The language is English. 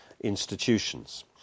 institutions